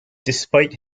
despite